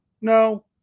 no